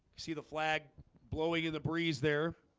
see the flag blowing in the breeze there